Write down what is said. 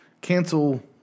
cancel